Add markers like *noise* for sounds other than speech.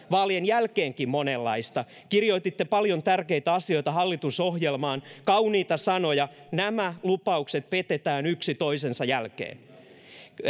*unintelligible* vaalien jälkeenkin monenlaista kirjoititte paljon tärkeitä asioita hallitusohjelmaan kauniita sanoja nämä lupaukset petetään yksi toisensa jälkeen